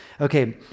Okay